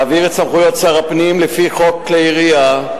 להעביר את סמכויות שר הפנים לפי חוק כלי הירייה,